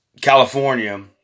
California